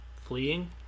Fleeing